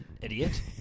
idiot